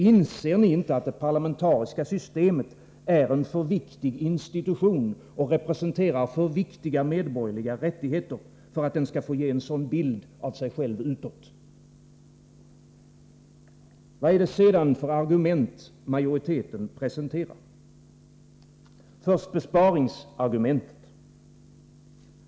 Inser ni inte att det parlamentariska systemet är en för viktig institution och representerar för viktiga medborgerliga rättigheter för att den skall få ge en sådan bild av sig själv utåt? Vad är det sedan för argument som majoriteten presenterar? Först besparingsargumentet.